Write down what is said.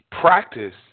Practice